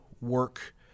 work